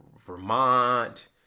Vermont